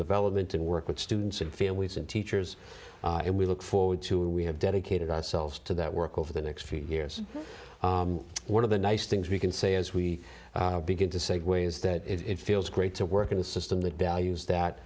development and work with students and families and teachers and we look forward to we have dedicated ourselves to that work over the next few years one of the nice things we can say as we begin to segue is that it feels great to work in a system that